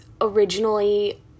originally